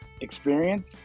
experience